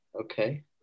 Okay